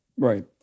Right